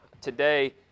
today